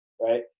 right